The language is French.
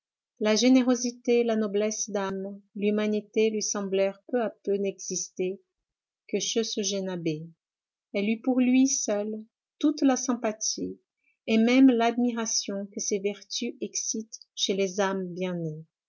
la générosité la noblesse d'âme l'humanité lui semblèrent peu à peu n'exister que chez ce jeune abbé elle eut pour lui seul toute la sympathie et même l'admiration que ces vertus excitent chez les âmes